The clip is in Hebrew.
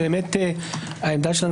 עמדתנו,